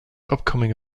upcoming